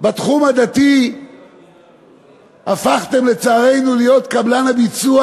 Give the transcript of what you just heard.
בתחום הדתי הפכתם, לצערנו, להיות קבלן הביצוע